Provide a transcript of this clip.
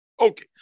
Okay